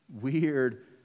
weird